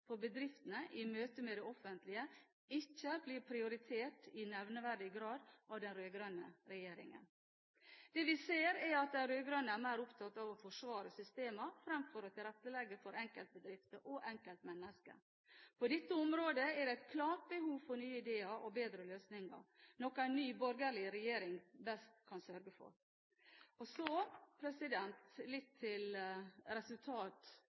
for bedriftene i møte med det offentlige ikke blir prioritert i nevneverdig grad av den rød-grønne regjeringen. Det vi ser, er at de rød-grønne er mer opptatt av å forsvare systemene fremfor å tilrettelegge for enkeltbedrifter og enkeltmennesker. På dette området er det et klart behov for nye ideer og bedre løsninger, noe en ny borgerlig regjering best kan sørge for. Så